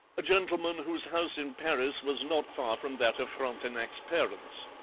a gentleman whose house in paris was not far from that of frontenac's parents.